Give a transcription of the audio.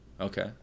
okay